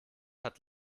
hat